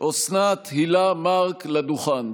אוסנת הילה מארק לדוכן.